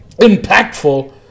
impactful